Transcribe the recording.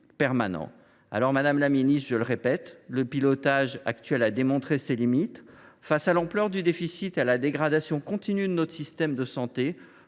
Madame la ministre, je le répète, le pilotage actuel a démontré ses limites. Face à l’ampleur du déficit et à la dégradation continue de notre système de santé,